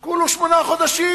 "כולו" שמונה חודשים,